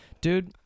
Dude